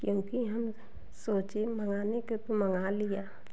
क्योंकि हम सोचे मंगाने के तो मंगा लिया